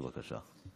בבקשה.